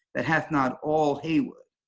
that hath not all heywood.